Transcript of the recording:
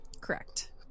Correct